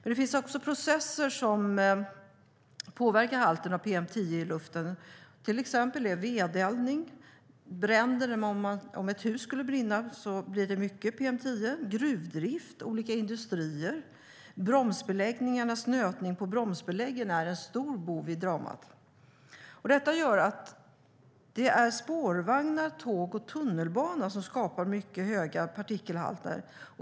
Det finns dock även processer som påverkar halten av PM10 i luften. Det gäller till exempel vedeldning eller om ett hus brinner, då det blir mycket PM10. Det gäller även gruvdrift och olika industrier, och bromsbeläggningarnas nötning på bromsbeläggen är en stor bov i dramat. Detta gör att det är spårvagnar, tåg och tunnelbana som skapar mycket höga partikelhalter.